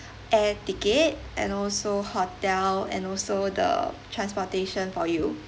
air ticket and also hotel and also the transportation for you